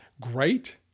great